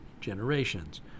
generations